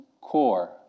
core